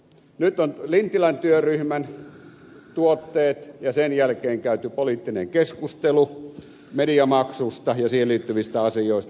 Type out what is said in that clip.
nyt on lintilän työryhmän tuotteet ja sen jälkeen käyty poliittinen keskustelu mediamaksusta ja siihen liittyvistä asioista